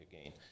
again